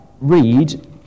read